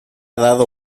dado